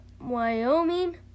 Wyoming